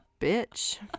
Bitch